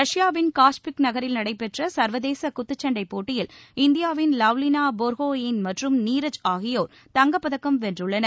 ரஷ்யாவின் காஷ்பிஸ்க் நகரில் நடைபெற்ற சர்வதேச சுத்துச்சண்டை போட்டியில் இந்தியாவின் லவ்லினா போர்கோஹெயின் மற்றும் நீரஜ் ஆகியோர் தங்கப்பதக்கம் வென்றுள்ளனர்